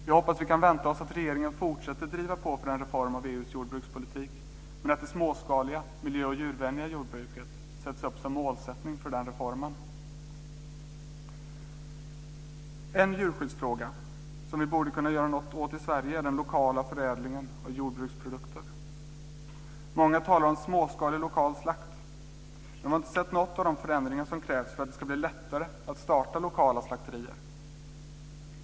Jag hoppas att vi kan vänta oss att regeringen fortsätter att driva på för en reform av EU:s jordbrukspolitik och att det småskaliga miljö och djurvänliga jordbruket sätts upp som mål för den reformen. En djurskyddsfråga som vi borde kunna göra något för i Sverige är den lokala förädlingen av jordbruksprodukter. Många talar om småskalig lokal slakt, men vi har inte sett någon av de förändringar som krävs för att det ska bli lättare att starta lokala slakterier.